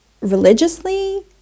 religiously